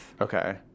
Okay